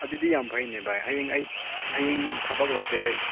ꯑꯗꯨꯗꯤ ꯌꯥꯝ ꯐꯩꯅꯦ ꯚꯥꯏ ꯍꯌꯦꯡ ꯑꯩ ꯍꯌꯦꯡ ꯊꯕꯛ ꯂꯩꯇꯦ ꯑꯩ